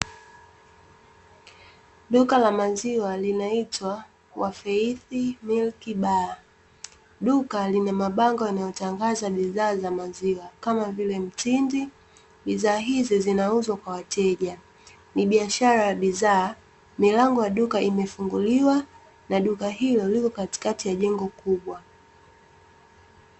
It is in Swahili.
Duka la maziwa linaitwa "WA FAITH MILK BAR'. Duka lina mabango yanayotangaza bidhaa za maziwa kama vile mtindi. Bidhaa hizo zinauzwa kwa wateja ni biashara ya bidhaa, milango ya duka imefunguliwa na duka hilo liko katikati ya jengo kubwa.